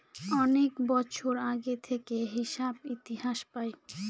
অনেক বছর আগে থেকে হিসাব ইতিহাস পায়